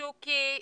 שוקי.